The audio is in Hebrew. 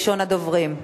ראשון הדוברים.